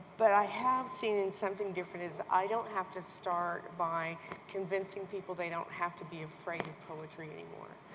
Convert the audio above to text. but i have seen something different, is i don't have to start by convincing people they don't have to be afraid of poetry anymore.